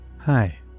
Hi